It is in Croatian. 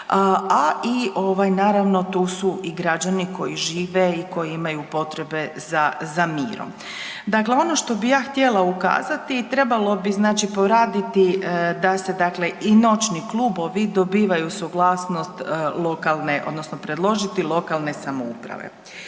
a i naravno, tu su i građani koji žive i koji imaju potrebe za mirom. Dakle, ono što bih ja htjela ukazati i trebalo bi, znači poraditi da se dakle i noćni klubovi dobivaju suglasnost lokalne, odnosno predložiti, lokalne samouprave.